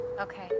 Okay